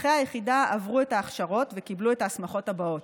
פקחי היחידה עברו את ההכשרות וקיבלו את ההסמכות הבאות: